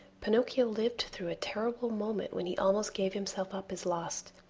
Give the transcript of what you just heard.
pinocchio lived through a terrible moment when he almost gave himself up as lost.